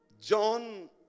John